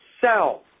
sell